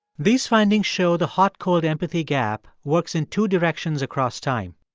these findings show the hot-cold empathy gap works in two directions across time.